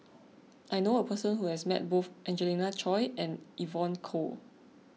I knew a person who has met both Angelina Choy and Evon Kow